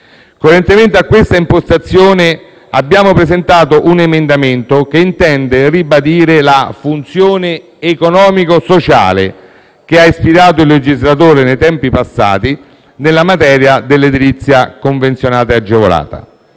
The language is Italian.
Coerentemente a questa impostazione, abbiamo presentato un emendamento che intende ribadire la funzione economico-sociale che ha ispirato il legislatore nei tempi passati nella materia dell'edilizia convenzionata e agevolata.